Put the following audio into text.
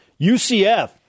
UCF